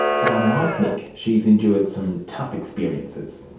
but unlike mick, she has endured some tough experiences.